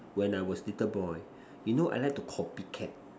when I was little boy you know I like to copy cat